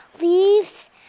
leaves